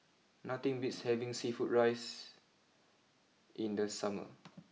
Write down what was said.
nothing beats having Seafood Rice in the summer